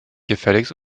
gefälligst